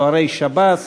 צוערי שב"ס,